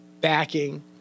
backing